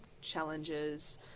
challenges